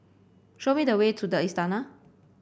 show me the way to the Istana